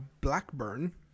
blackburn